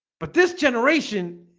but this generation